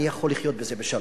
אני יכול לחיות עם זה בשלום.